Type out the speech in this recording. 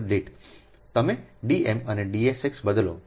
તમે D m અને Dsxને બદલો